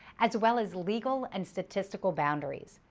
as well as legal and statistical boundaries,